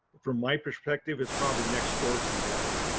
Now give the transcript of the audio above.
from my perspective, it's probably next door to you guys.